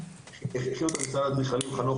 הכין את התוכנית משרד האדריכלים חנוך